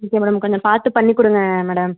okay madam கொஞ்சம் பார்த்து பண்ணிக் கொடுங்க மேடம்